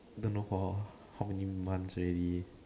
don't know for how many months already